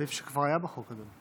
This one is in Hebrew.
אני חושב שכבר היה בחוק הזה.